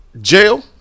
Jail